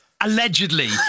allegedly